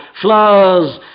Flowers